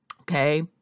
Okay